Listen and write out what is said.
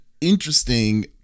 interesting